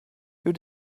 you